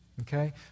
Okay